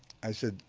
i said,